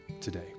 today